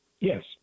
Yes